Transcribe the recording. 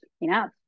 enough